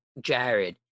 jared